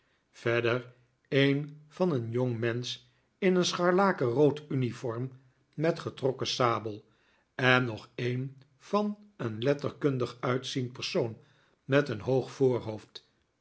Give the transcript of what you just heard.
verder een van een jongmensch in een scharlakenrood uniform met getrokken sabel en nog een van een letterkundig uitziend persoon met een hoog voorhoofd